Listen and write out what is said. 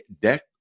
Deck